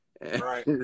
Right